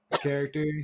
character